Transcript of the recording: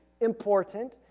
important